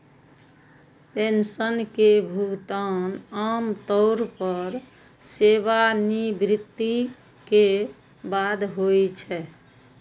pension के भुगतान आम तौर पर सेवानिवृत्ति के बाद होइ छै